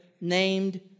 named